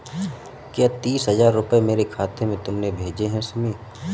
क्या तीस हजार रूपए मेरे खाते में तुमने भेजे है शमी?